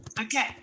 okay